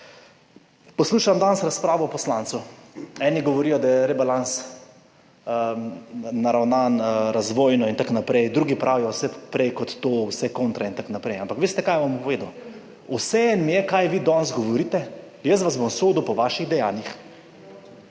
poslušam razpravo poslancev – eni govorijo, da je rebalans naravnan razvojno in tako naprej, drugi pravijo vse prej kot to, vse kontra in tako naprej. Ampak veste, kaj vam bom povedal? Vseeno mi je, kaj vi danes govorite, jaz vas bom sodil po vaših dejanjih.